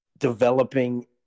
developing